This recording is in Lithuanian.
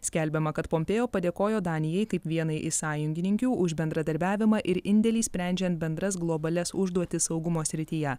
skelbiama kad pompėo padėkojo danijai kaip vienai iš sąjungininkių už bendradarbiavimą ir indėlį sprendžian bendras globalias užduoti saugumo srityje